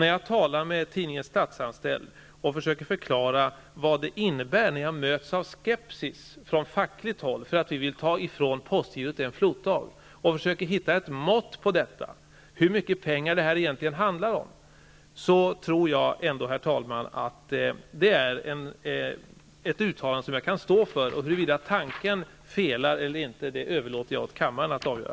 När jag talade med personer på tidningen Statsanställd försökte jag förklara vad detta innebar. Jag möttes från fackligt håll av skepsis för att vi ville ta ifrån postgirot en floatdag, och försökte hitta ett mått på hur mycket pengar det egentligen handlade om. Detta är ett uttalande som jag kan stå för. Huruvida tanken felar eller inte, överlåter jag åt kammaren att avgöra.